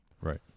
Right